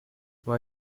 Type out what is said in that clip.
why